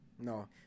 No